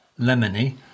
lemony